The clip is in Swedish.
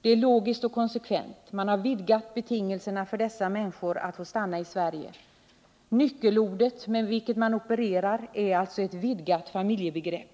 Detta är logiskt och konsekvent. Man har vidgat betingelserna för dessa människor att få stanna i Sverige. Det nyckelord med vilket man opererar är alltså ett vidgat familjebegrepp.